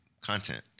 content